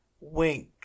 Wink